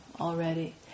already